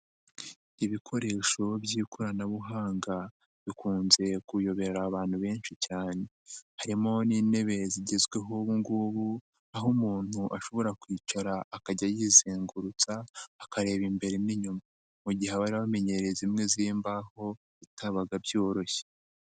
Ibikoresho by'ikoranabuhanga bikunze kuyobera abantu benshi cyane, harimo n'intebe zigezweho ubu ngubu, aho umuntu ashobora kwicara akajya yizengurutsa, akareba imbere n'inyuma, mu gihe abari bamenyereye zimwe z'imbaho bitabaga byoroshye.